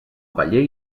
paller